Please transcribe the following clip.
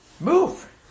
move